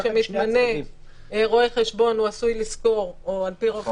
כשמתמנה רואה חשבון על פי רוב הוא שוכר שירותי